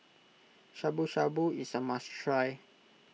Shabu Shabu is a must try